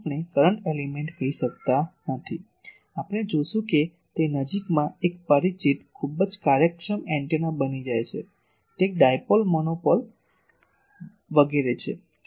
તેને આપણે current element કહી શકતા નથી આપણે જોશું કે તે નજીકમાં એક પરિચિત ખૂબ જ કાર્યક્ષમ એન્ટેના બની જાય છે તે એક ડાયપોલ મોનોપોલ વગેરે છે